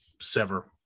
sever